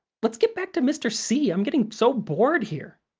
let's get back to mr. c. i'm getting so bored here.